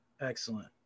excellent